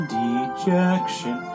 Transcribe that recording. dejection